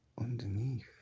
underneath